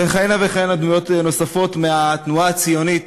וכהנה וכהנה דמויות נוספות מהתנועה הציונית